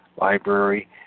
Library